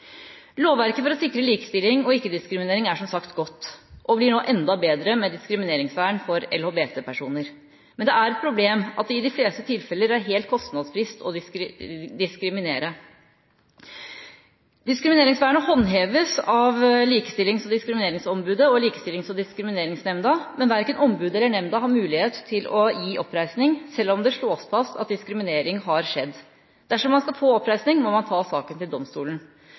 Lovverket for å sikre likestilling og ikke-diskriminering er som sagt godt, og blir nå enda bedre med diskrimineringsvern for LHBT-personer. Men det er et problem at det i de fleste tilfeller er helt kostnadsfritt å diskriminere. Diskrimineringsvernet håndheves av Likestillings- og diskrimineringsombudet og Likestillings- og diskrimineringsnemnda, men verken ombudet eller nemnda har mulighet til å gi oppreisning selv om det slås fast at diskriminering har skjedd. Dersom man skal få oppreisning, må man ta saken til domstolen.